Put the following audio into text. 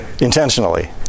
intentionally